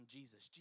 Jesus